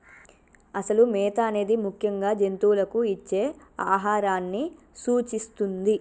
అసలు మేత అనేది ముఖ్యంగా జంతువులకు ఇచ్చే ఆహారాన్ని సూచిస్తుంది